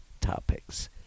topics